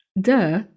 duh